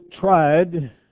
tried